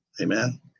amen